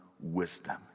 Wisdom